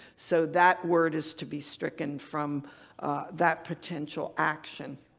so that word is to be stricken from that potential action.